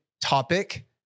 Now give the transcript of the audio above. topic